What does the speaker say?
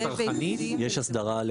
האם יש הסדרה צרכנית?